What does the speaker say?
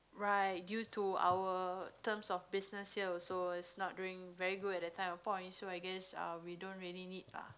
right due to our terms of business here also it's not doing very good at that time of point so I guess uh we don't rally need lah